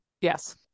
yes